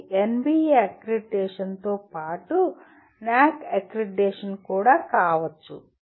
ఇది NBA అక్రిడిటేషన్తో పాటు NAAC అక్రిడిటేషన్ కావచ్చు